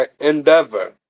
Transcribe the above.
endeavor